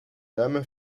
dame